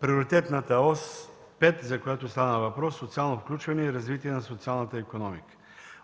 Приоритетна ос № 5, за която стана въпрос, „Социално включване и развитие на социалната икономика”.